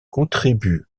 contribue